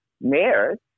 mayors